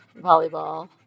Volleyball